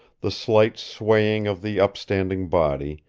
the slight swaying of the upstanding body,